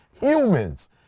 humans